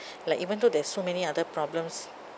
like even though there's so many other problems